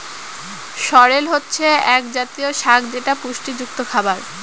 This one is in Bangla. সরেল হচ্ছে এক জাতীয় শাক যেটা পুষ্টিযুক্ত খাবার